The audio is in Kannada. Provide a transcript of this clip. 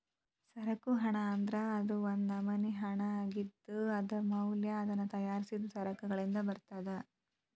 ಸರಕು ಹಣ ಅಂದ್ರ ಅದು ಒಂದ್ ನಮ್ನಿ ಹಣಾಅಗಿದ್ದು, ಅದರ ಮೌಲ್ಯನ ಅದನ್ನ ತಯಾರಿಸಿದ್ ಸರಕಗಳಿಂದ ಬರ್ತದ